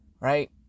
right